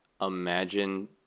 imagine